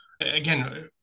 Again